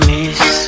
Miss